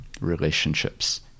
relationships